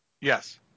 Yes